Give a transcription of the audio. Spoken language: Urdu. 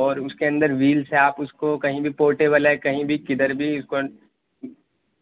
اور اس کے اندر ویلس ہیں آپ اس کو کہیں بھی پورٹیبل ہے کہیں بھی کدھر بھی اس کو